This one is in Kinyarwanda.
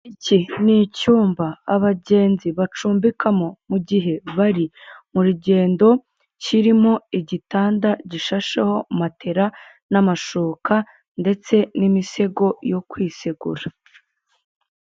Iki ni icyumba abagenzi bacumbikamo mu gihe bari mu rugendo, kirimo igitanda gishashe ho matera n'amashuka ndetse n'imisego yo kwisegura.